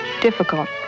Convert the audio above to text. difficult